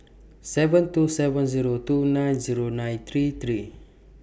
seven two seven Zero two nine Zero nine three three